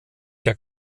der